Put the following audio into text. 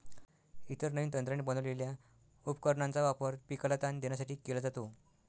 इतर नवीन तंत्राने बनवलेल्या उपकरणांचा वापर पिकाला ताण देण्यासाठी केला जातो